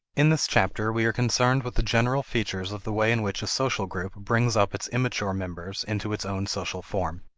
in this chapter we are concerned with the general features of the way in which a social group brings up its immature members into its own social form.